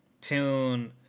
tune